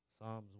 Psalms